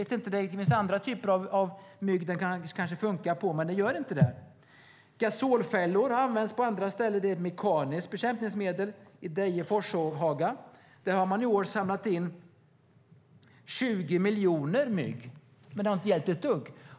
De kanske fungerar på andra typer av mygg - jag vet inte. Gasolfällor används på andra ställen. Det är ett mekaniskt bekämpningsmedel. I Deje i Forshaga har man i år samlat in 20 miljoner mygg, men det har inte gett ett dugg.